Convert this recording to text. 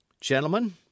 Gentlemen